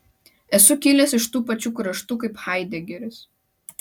esu kilęs iš tų pačių kraštų kaip haidegeris